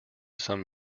some